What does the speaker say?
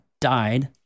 died